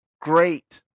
great –